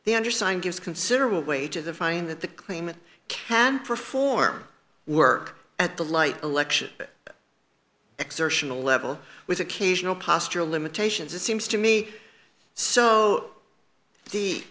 the undersigned gives considerable weight to the fine that the claimant can perform work at the light election exertional level with occasional posture limitations it seems to me so the